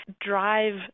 drive